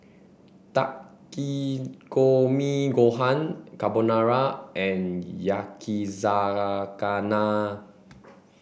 Takikomi Gohan Carbonara and Yakizakana